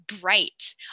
bright